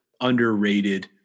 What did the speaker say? underrated